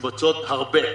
משובצות הרבה.